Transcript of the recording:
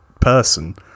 person